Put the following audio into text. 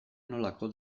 nolako